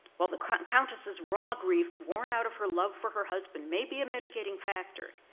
while the countess's raw grief born out of her love for her husband may be a mitigating factor,